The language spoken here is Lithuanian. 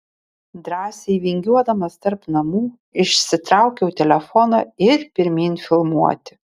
drąsiai vingiuodamas tarp namų išsitraukiau telefoną ir pirmyn filmuoti